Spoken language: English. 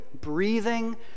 breathing